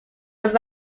inner